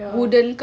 ya